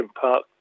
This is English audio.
Park